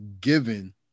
given